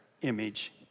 image